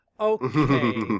Okay